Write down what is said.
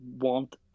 want